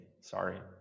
Sorry